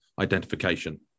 identification